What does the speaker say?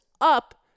up